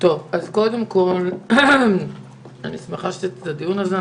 קודם כול, אני שמחה על הדיון הזה.